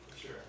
Sure